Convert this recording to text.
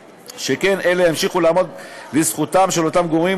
שכן אלה ימשיכו לעמוד לזכותם של אותם גורמים